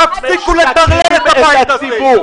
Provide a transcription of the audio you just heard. תפסיקו לטרלל את הבית הזה.